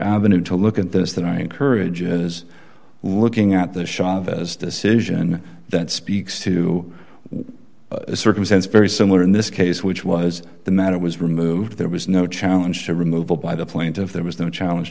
avenue to look at this that i encourage is looking at the chavez decision that speaks to what circumstance very similar in this case which was the matter was removed there was no challenge to removal by the plaintiff there was no challenge